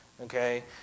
Okay